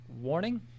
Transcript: warning